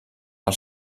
del